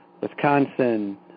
Wisconsin